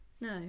No